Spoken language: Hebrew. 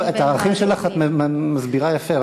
את הערכים שלך את מסבירה יפה,